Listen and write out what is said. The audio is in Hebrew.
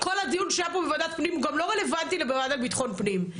כל הדיון שהיה פה בוועדת פנים גם לא רלוונטי לוועדה לביטחון הפנים.